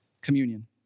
communion